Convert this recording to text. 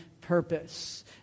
purpose